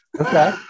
Okay